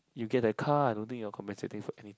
you get that car I don't think you are compensating for any